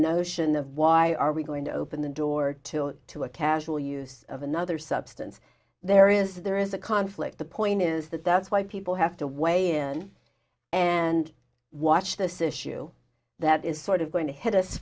notion of why are we going to open the door to it to a casual use of another substance there is there is a conflict the point is that that's why people have to weigh in and watch this issue that is sort of going to hit us